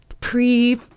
pre